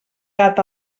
gat